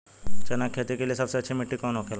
चना की खेती के लिए सबसे अच्छी मिट्टी कौन होखे ला?